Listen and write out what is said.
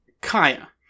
Kaya